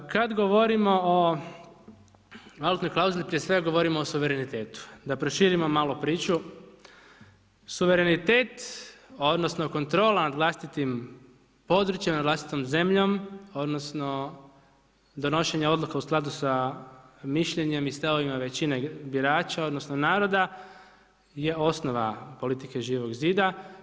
Kada govorimo o valutnoj klauzuli, prije svega govorimo o suvremenitetu, da proširimo malo priču, suverenitet, odnosno, kontrola nad vlastitim područjem, nad vlastitom zemljom, odnosno, donošenje odluka u skladu sa mišljenjem i stavovima većine birača, odnosno, naroda, je osnova politike Živog zida.